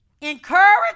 encourage